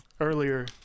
Earlier